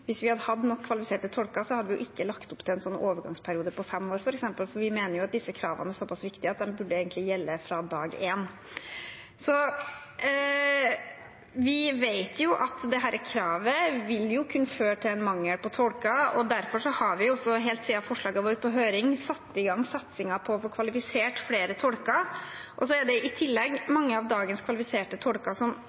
Hvis vi hadde hatt nok kvalifiserte tolker, hadde vi f.eks. ikke lagt opp til en overgangsperiode på fem år, for vi mener jo at disse kravene er såpass viktige at de egentlig burde gjelde fra dag én. Vi vet jo at dette kravet vil kunne føre til en mangel på tolker, og derfor har vi helt siden forslaget var på høring, satt i gang satsingen på å få kvalifisert flere tolker. Det er i tillegg mange av dagens kvalifiserte tolker som